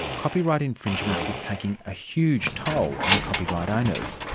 copyright infringement is taking a huge toll on copyright owners,